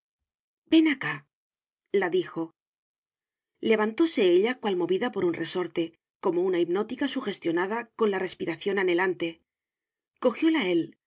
ven acá la dijo levantóse ella cual movida por un resorte como una hipnótica sugestionada con la respiración anhelante cojióla él